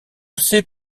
sait